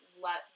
let